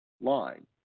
line